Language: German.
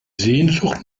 sehnsucht